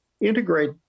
integrate